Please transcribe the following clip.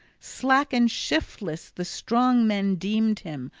slack and shiftless the strong men deemed him,